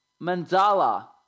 Mandala